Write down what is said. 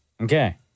Okay